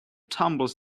tumbles